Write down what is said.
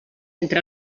entre